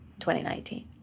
2019